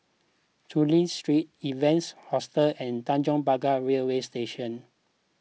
Chulia Street Evans Hostel and Tanjong Pagar Railway Station